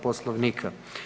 Poslovnika.